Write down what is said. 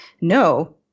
No